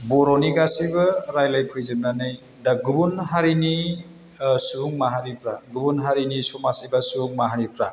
बर'नि गासैबो रायलायफैजोबनानै दा गुबुन हारिनि सुबुं माहारिफ्रा गुबुन हारिनि समाज एबा सुबुं माहारिफ्रा